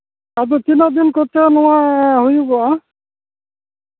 ᱟᱫᱚ ᱛᱤᱱᱟᱹᱜ ᱫᱤᱱ ᱠᱚᱛᱮ ᱱᱚᱣᱟ ᱦᱩᱭᱩᱜᱚᱜᱼᱟ